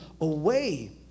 away